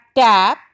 tap